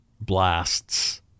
blasts